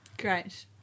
Great